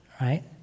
right